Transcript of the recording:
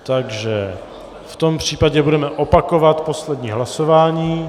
V tom případě budeme opakovat poslední hlasování.